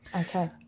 Okay